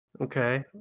Okay